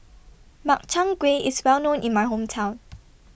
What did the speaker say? Makchang Gui IS Well known in My Hometown